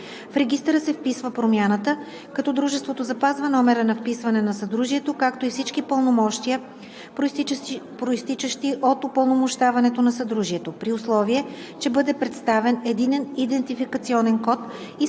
в регистъра се вписва промяната, като дружеството запазва номера на вписване на съдружието, както и всички пълномощия, произтичащи от упълномощаването на съдружието, при условие че бъде представен единен идентификационен код и се